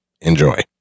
Enjoy